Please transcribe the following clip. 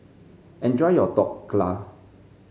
enjoy your Dhokla